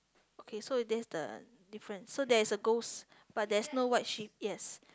okay so this is the difference so there's a ghost but there's no white sheet yes